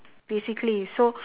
basically so